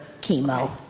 chemo